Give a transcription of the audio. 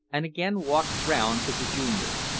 and again walked round to the junior.